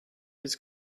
his